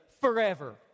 forever